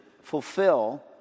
fulfill